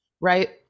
right